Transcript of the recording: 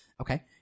Okay